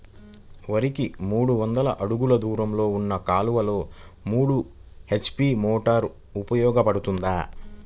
వరికి మూడు వందల అడుగులు దూరంలో ఉన్న కాలువలో మూడు హెచ్.పీ మోటార్ ఉపయోగపడుతుందా?